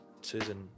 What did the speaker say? Susan